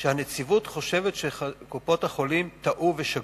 שבהם היא חושבת שקופות-החולים טעו ושגו.